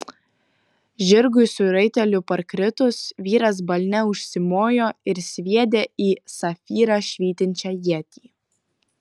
žirgui su raiteliu parkritus vyras balne užsimojo ir sviedė į safyrą švytinčią ietį